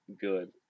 good